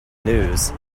news